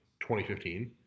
2015